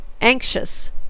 Anxious